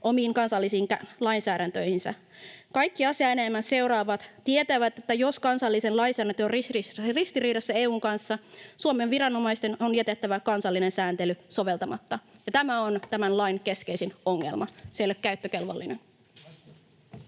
omiin kansallisiin lainsäädäntöihinsä. Kaikki asiaa enemmän seuraavat tietävät, että jos kansallinen lainsäädäntö on ristiriidassa EU:n kanssa, Suomen viranomaisten on jätettävä kansallinen sääntely soveltamatta. Tämä on tämän lain keskeisin ongelma: se ei ole käyttökelpoinen.